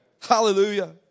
Hallelujah